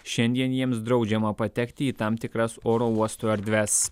šiandien jiems draudžiama patekti į tam tikras oro uostų erdves